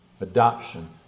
adoption